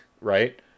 right